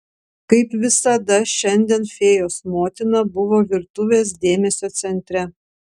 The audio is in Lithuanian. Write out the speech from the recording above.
kaip visada šiandien fėjos motina buvo virtuvės dėmesio centre